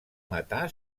matar